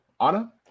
Anna